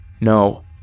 no